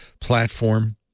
platform